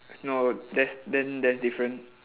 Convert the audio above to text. no that's then that's different